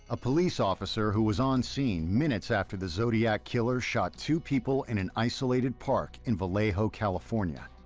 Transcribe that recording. a police officer who was on scene minutes after the zodiac killer shot two people in an isolated park in vallejo, california.